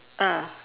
ah